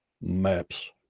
Maps